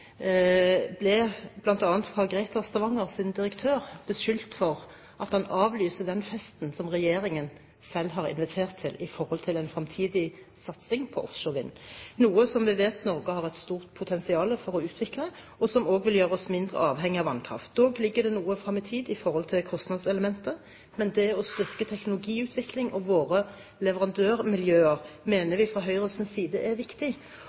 ble bl.a. av Greater Stavangers direktør beskyldt for at han avlyste den festen som regjeringen selv har invitert til når det gjelder en framtidig satsing på offshore vind, noe som vi vet Norge har et stort potensial for å utvikle, og som også vil gjøre oss mindre avhengig av vannkraft. Dog ligger det noe lenger fram i tid i forhold til kostnadselementet, men å styrke teknologiutvikling og våre leverandørmiljøer, mener vi fra Høyres side er viktig.